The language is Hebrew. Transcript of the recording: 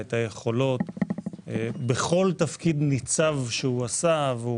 היכולות בכל תפקיד ניצב שהוא עשה והוא